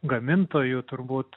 gamintojų turbūt